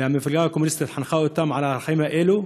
והמפלגה הקומוניסטית חינכה אותם על הערכים האלה,